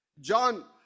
John